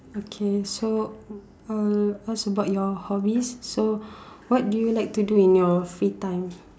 okay so I'll ask about your hobbies so what do you like to do in your free time